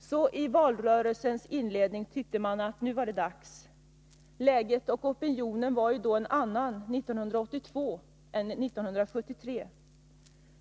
Så i valrörelsens inledning tyckte man att det var dags. Läget och opinionen var ju litet annorlunda 1982 än 1973.